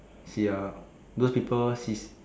see ah those people sis~